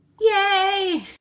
Yay